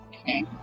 Okay